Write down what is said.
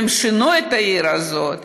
והם שינו את העיר הזאת.